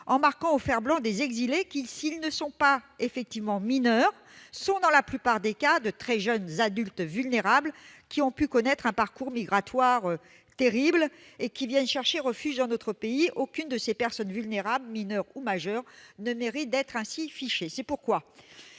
en marquant au fer rouge des exilés qui, s'ils ne sont pas effectivement mineurs, sont dans la plupart des cas de très jeunes adultes vulnérables qui ont connu un parcours migratoire terrible et viennent chercher refuge dans notre pays. Aucune de ces personnes vulnérables, mineure ou majeure, ne mérite d'être ainsi fichée. C'est pourquoi